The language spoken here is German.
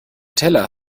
teller